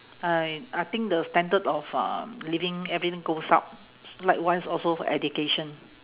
I I think the standard of um living everything goes up likewise also for education